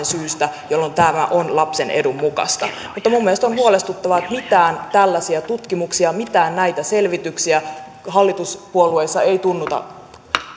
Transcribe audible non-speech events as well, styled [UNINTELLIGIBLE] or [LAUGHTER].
[UNINTELLIGIBLE] syystä jolloin tämä on lapsen edun mukaista mutta minun mielestäni on huolestuttavaa että mitään tällaisia tutkimuksia mitään näitä selvityksiä hallituspuolueissa ei tunnuta